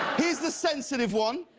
here's the sensitive one.